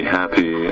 happy